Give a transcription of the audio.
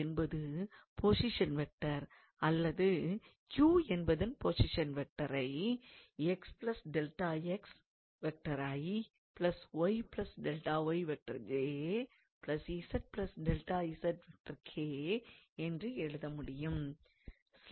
என்பது position vector அல்லது Q என்பதன் பொசிஷன் வெக்டாரை என்று எழுத முடியும்